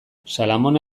salamone